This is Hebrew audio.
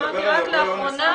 אז אמרתי שרק לאחרונה,